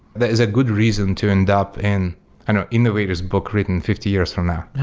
that is a good reason to end up in and ah innovators book written fifty years from now.